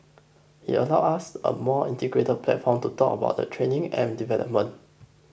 it allows us a more integrated platform to talk about the training and development